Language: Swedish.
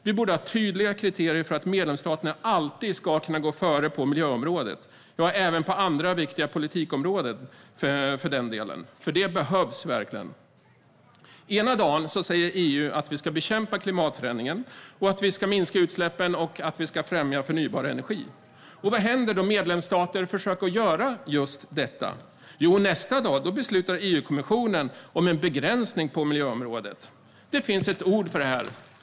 Vi borde ha tydliga kriterier för att medlemsstaterna alltid ska kunna gå före på miljöområdet - ja, även på andra viktiga politikområden för den delen, för det behövs verkligen. Ena dagen säger EU att vi ska bekämpa klimatförändringen, att vi ska minska utsläppen och främja förnybar energi. Vad händer då när medlemsländer försöker att göra just detta? Jo, nästa dag beslutar EU-kommissionen om ännu en begränsning på miljöområdet. Det finns ett ord för detta.